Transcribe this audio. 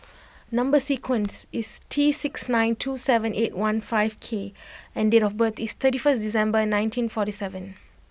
number sequence is T six nine two seven eight one five K and date of birth is thirty first December nineteen forty seven